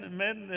men